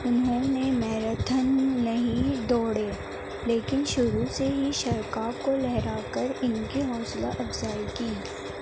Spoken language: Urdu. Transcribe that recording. انہوں نے میراتھن نہیں دوڑے لیکن شروع سے ہی شرکاء کو لہرا کر ان کی حوصلہ افزائی کی